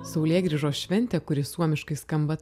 saulėgrįžos šventė kuri suomiškai skamba